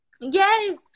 Yes